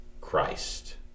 Christ